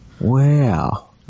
Wow